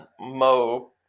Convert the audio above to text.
Mo